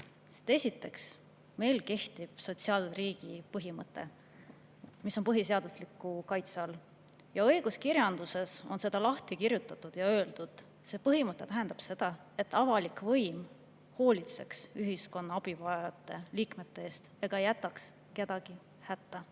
Esiteks, meil kehtib sotsiaalriigi põhimõte, mis on põhiseadusliku kaitse all. Õiguskirjanduses on seda lahti kirjutatud ja öeldud: see põhimõte tähendab seda, et avalik võim hoolitseb ühiskonna abivajavate liikmete eest ega jäta kedagi hätta.